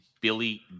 Billy